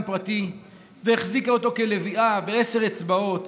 פרטי והחזיקה אותו כלביאה בעשר אצבעות,